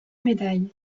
médailles